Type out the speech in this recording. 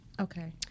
Okay